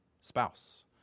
spouse